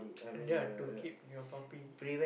and ya to keep your puppy